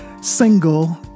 single